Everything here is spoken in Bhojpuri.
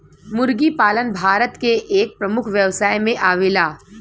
मुर्गी पालन भारत के एक प्रमुख व्यवसाय में आवेला